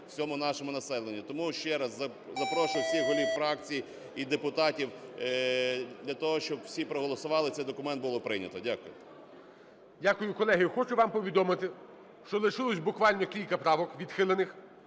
всьому нашому населенню. Тому ще раз запрошую всіх голів фракцій і депутатів для того, щоб всі проголосували і цей документ було прийнято. Дякую. ГОЛОВУЮЧИЙ. Дякую. Колеги, хочу вам повідомити, що лишилося буквально кілька правок відхилених,